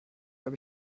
habe